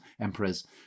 emperors